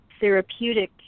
therapeutic